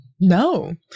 No